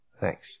Thanks